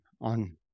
on